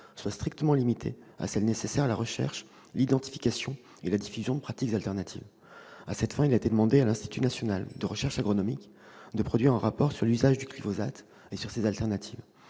soit strictement limitée à celle qu'exigent la recherche, l'identification et la diffusion de pratiques alternatives. À cette fin, il a été demandé à l'Institut national de la recherche agronomique, l'INRA, de produire un rapport sur les usages du glyphosate et sur ses alternatives.